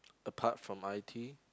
apart from i_t